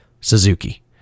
suzuki